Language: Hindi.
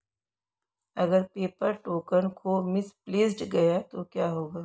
अगर पेपर टोकन खो मिसप्लेस्ड गया तो क्या होगा?